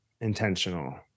intentional